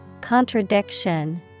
Contradiction